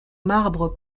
marbre